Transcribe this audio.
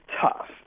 tough